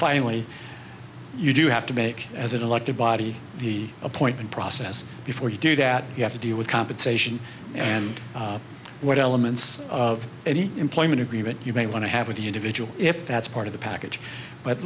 finally you do have to make as an elected body the appointment process before you do that you have to deal with compensation and what elements of any employment agreement you may want to have with the individual if that's part of the package but